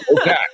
Okay